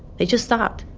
they just stopped.